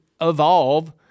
evolve